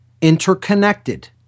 interconnected